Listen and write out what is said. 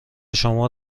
شما